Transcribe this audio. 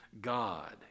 God